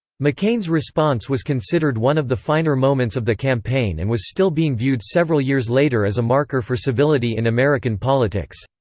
mccain's response was considered one of the finer moments of the campaign and was still being viewed several years later as a marker for civility in american politics.